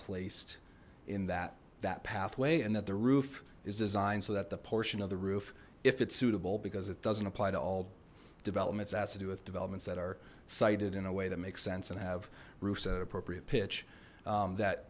placed in that that pathway and that the roof is designed so that the portion of the roof if it's suitable because it doesn't apply to all developments as to do with developments that are sited in a way that makes sense and have roofs at at appropriate pitch that